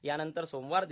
यानंतर सोमवार दि